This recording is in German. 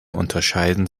unterscheiden